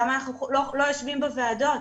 למה אנחנו לא יושבים בוועדות?